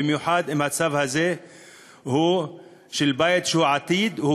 במיוחד אם הצו הזה הוא של בית שעתיד להיות